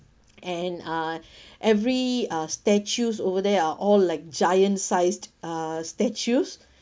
and uh every uh statues over there are all like giant-sized uh statues